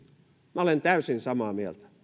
minä olen täysin samaa mieltä